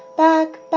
back, back.